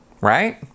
Right